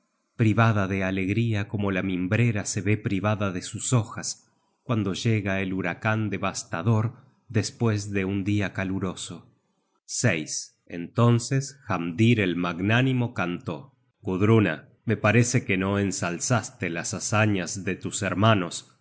privada de alegría como la mimbrera se ve privada de sus hojas cuando llega el huracan devastador despues de un dia caluroso entonces hamdir el magnánimo cantó gudruna me parece que no ensalzaste las hazañas de tus hermanos